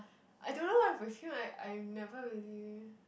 I don't know if we feel like I've never really